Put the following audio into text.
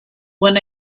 when